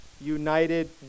united